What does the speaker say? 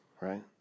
Right